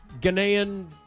Ghanaian